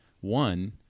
one